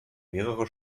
mehrere